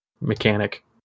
mechanic